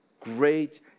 great